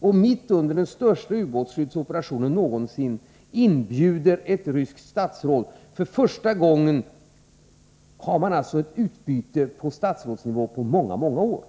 och mitt under den största ubåtsskyddsoperationen någonsin, plötsligt tar ett aktivt initiativ och inbjuder ett ryskt statsråd. För första gången på många år har man alltså ett utbyte på statsrådsnivå.